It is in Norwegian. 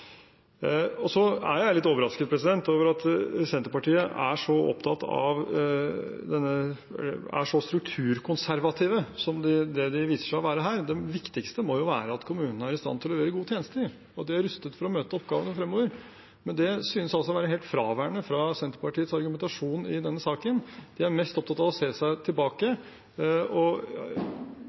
Så er jeg litt overrasket over at Senterpartiet er så strukturkonservative som det de viser seg å være her. Det viktigste må jo være at kommunene er i stand til å gi gode tjenester, at de er rustet for møte oppgavene fremover. Men det synes å være helt fraværende i Senterpartiets argumentasjon i denne saken. De er mest opptatt av å se seg tilbake.